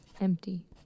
Empty